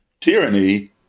tyranny